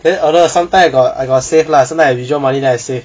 then although sometime I got I got save lah sometime I got withdraw money then I save